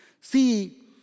See